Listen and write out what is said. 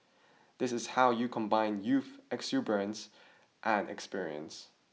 this is how you combine youth exuberance and experience